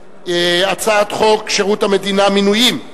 הצעת חוק שירות המדינה (מינויים)